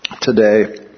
today